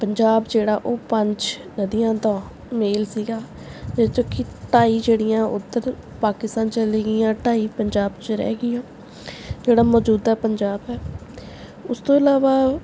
ਪੰਜਾਬ ਜਿਹੜਾ ਉਹ ਪੰਜ ਨਦੀਆਂ ਦਾ ਮੇਲ ਸੀਗਾ ਜਿਹਦੇ 'ਚੋਂ ਕਿ ਢਾਈ ਜਿਹੜੀਆਂ ਓਧਰ ਪਾਕਿਸਤਾਨ ਚਲੀ ਗਈਆਂ ਢਾਈ ਪੰਜਾਬ 'ਚ ਰਹਿ ਗਈਆਂ ਜਿਹੜਾ ਮੌਜੂਦਾ ਪੰਜਾਬ ਹੈ ਉਸ ਤੋਂ ਇਲਾਵਾ